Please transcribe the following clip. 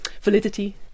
validity